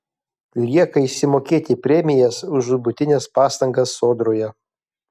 lieka išsimokėti premijas už žūtbūtines pastangas sodroje